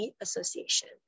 Association